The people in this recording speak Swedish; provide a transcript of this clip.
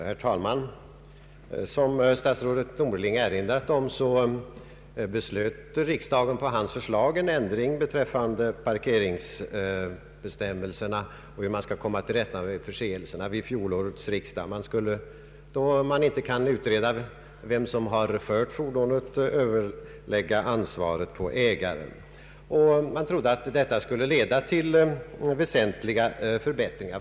Herr talman! Som statsrådet Norling erinrade om beslöt riksdagen i fjol på hans förslag en ändring beträffande parkeringsbestämmelserna för att man skall komma till rätta med förseelserna. Då det inte kan utredas vem som fört fordonet vid parkeringstillfället skall ansvaret läggas på ägaren till bilen. Man trodde att detta skulle leda till väsentliga förbättringar.